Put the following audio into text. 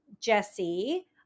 Jesse